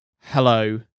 Hello